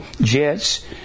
Jets